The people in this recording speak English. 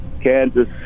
Kansas